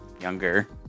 younger